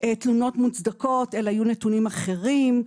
תלונות מוצדקות, אלא היו נתונים אחרים.